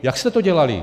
Jak jste to dělali?